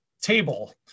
table